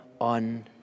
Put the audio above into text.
on